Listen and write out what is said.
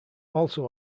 also